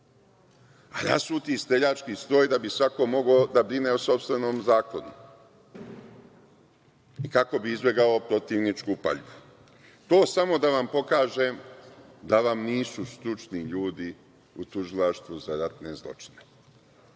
A rasuti streljački stroj da bi svako mogao da brine o sopstvenom zaklonu, kako bi izbegao protivničku paljbu. To samo da vam pokažem da vam nisu stručni ljudi u Tužilaštvu za ratne zločine.